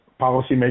policymakers